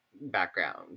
background